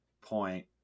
point